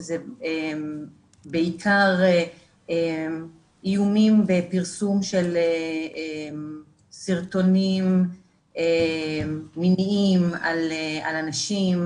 שזה בעיקר איומים בפרסום של סרטונים מיניים על אנשים,